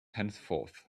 henceforth